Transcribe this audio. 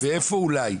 ואיפה אולי?